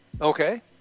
Okay